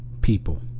people